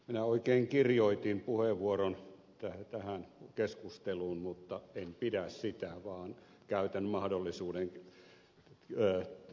minä oikein kirjoitin puheenvuoron tähän keskusteluun mutta en pidä sitä vaan käytän mahdollisuuden moneen vastauspuheenvuoroon